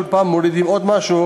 כל פעם מורידים עוד משהו,